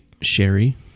sherry